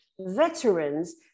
veterans